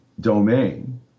domain